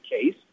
case